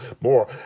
more